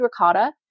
ricotta